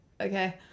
okay